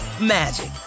magic